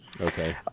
Okay